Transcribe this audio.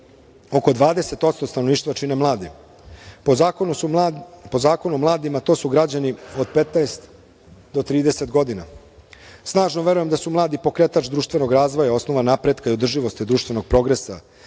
oko 20% stanovništva čine mladi. Po Zakonu o mladima to su građani od 15 do 30 godina. Snažno verujem da su mladi pokretač društvenog razvoja, osnova napretka i održivosti društvenog progresa